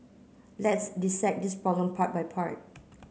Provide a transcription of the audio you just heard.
let's dissect this problem part by part